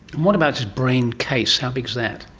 and what about its brain case, how big is that?